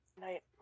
Night